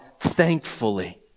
Thankfully